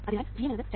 അതിനാൽ Gm എന്നത് 2